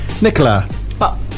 Nicola